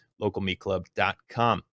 localmeatclub.com